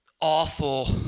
awful